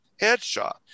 headshot